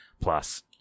plus